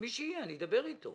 מי שיהיה אני אדבר איתו,